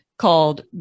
called